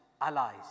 allies